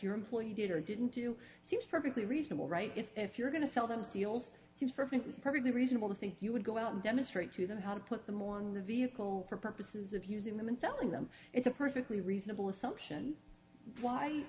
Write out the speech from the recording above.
your employee did or didn't do seems perfectly reasonable right if you're going to sell them seals it seems perfectly perfectly reasonable to think you would go out and demonstrate to them how to put them on the vehicle for purposes of using them and selling them it's a perfectly reasonable assumption